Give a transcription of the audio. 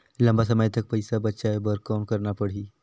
लंबा समय तक पइसा बचाये बर कौन करना पड़ही?